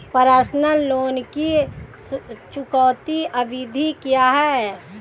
Personal loan की चुकौती अवधि क्या है?